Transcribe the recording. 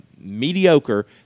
mediocre